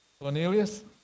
Cornelius